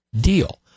deal